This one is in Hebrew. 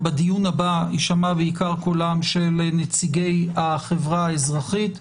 ובדיון הבא יישמע בעיקר קולם של נציגי החברה האזרחית.